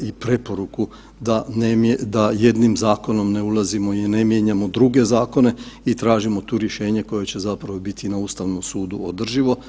i preporuku da jednim zakonom ne ulazimo i ne mijenjamo druge zakone i tražimo tu rješenje koje će zapravo biti na Ustavnom sudu održivo.